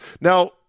Now